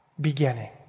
beginning